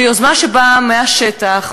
יוזמה שבאה מהשטח,